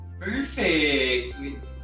Perfect